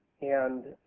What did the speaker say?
and